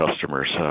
customers